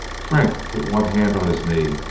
frank put one hand on his knee,